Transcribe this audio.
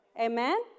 Amen